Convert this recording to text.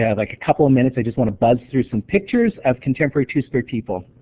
yeah like a couple of minutes, i just want to buzz through some pictures of contemporary two-spirit people.